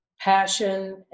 passion